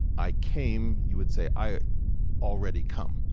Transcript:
i came, you would say, i already come.